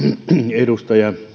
edustaja